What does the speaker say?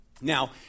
Now